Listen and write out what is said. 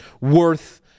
worth